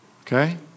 Okay